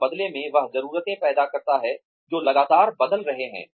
और बदले में वह ज़रूरतें पैदा करता है जो लगातार बदल रहे हैं